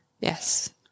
Yes